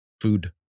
food